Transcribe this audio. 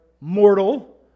mortal